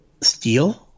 Steel